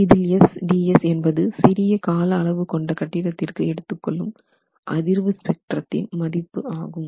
இதில் SDS என்பது சிறிய கால அளவு கொண்ட கட்டிடத்திற்கு எடுத்துக்கொள்ளும் அதிர்வு ஸ்பெக்ட்ரத்தின் மதிப்பு ஆகும்